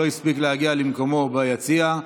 שלא הספיק להגיע למקומו ביציע,